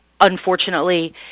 unfortunately